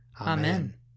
Amen